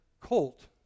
colt